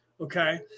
Okay